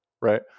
Right